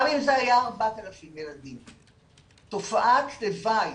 גם אם זה היה 4,000 ילדים, תופעת לוואי